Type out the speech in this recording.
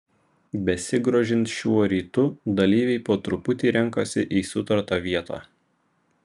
besigrožint šiuo rytu dalyviai po truputį renkasi į sutartą vietą